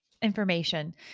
Information